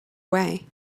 way